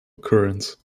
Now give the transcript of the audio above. occurrence